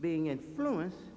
being influenced